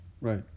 Right